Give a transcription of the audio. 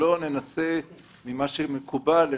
לא ננסה לחפש